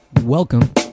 welcome